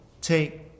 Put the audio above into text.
take